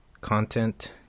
content